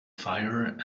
fire